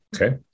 Okay